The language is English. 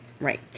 Right